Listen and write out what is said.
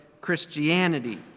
christianity